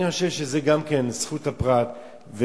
אני חושב שגם זו זכות הפרט.